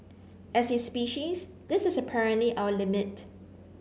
as a species this is apparently our limit